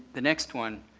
the next one,